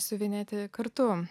siuvinėti kartu